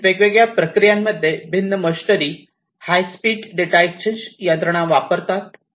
कदाचित वेगवेगळ्या प्रक्रियांमध्ये भिन्न machinery high speed data exchange यंत्रणा वापरतात